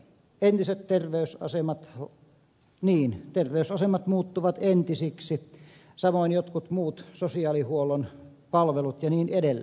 entiset terveysasemat niin terveysasemat muuttuvat entisiksi samoin jotkut muut sosiaalihuollon palvelut ja niin edelleen